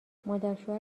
مادرشوهر